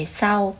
sau